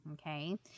Okay